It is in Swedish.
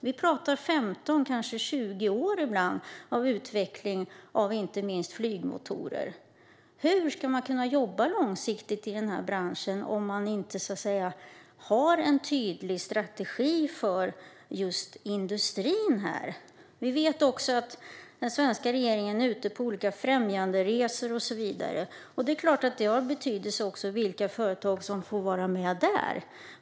Vi pratar om 15 år, kanske 20 år ibland, av utveckling när det gäller inte minst flygmotorer. Hur ska man kunna jobba långsiktigt i den branschen om det inte finns en tydlig strategi för just industrin? Vi vet också att den svenska regeringen är ute på olika främjanderesor och så vidare. Det är klart att det har betydelse vilka företag som får vara med där.